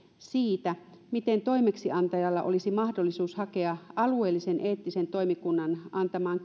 siitä miten toimeksiantajalla olisi mahdollisuus hakea alueellisen eettisen toimikunnan antamaan